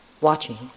watching